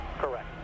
Correct